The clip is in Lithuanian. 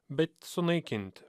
bet sunaikinti